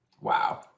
Wow